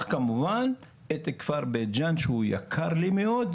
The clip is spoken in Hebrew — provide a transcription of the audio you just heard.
כמובן את כפר בית ג'ן שהוא יקר לי מאוד,